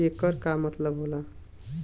येकर का मतलब होला?